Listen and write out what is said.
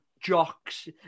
jocks